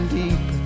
deep